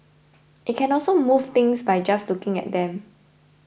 it can also move things by just looking at them